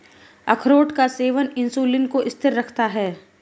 अखरोट का सेवन इंसुलिन को स्थिर रखता है